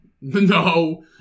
No